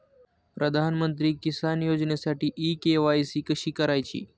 प्रधानमंत्री किसान योजनेसाठी इ के.वाय.सी कशी करायची?